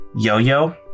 yo-yo